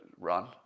run